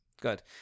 Good